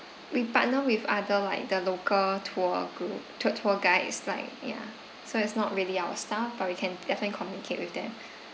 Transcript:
we partner with other like the local tour group tour tour guides like ya so it's not really our staff but we can definitely communicate with them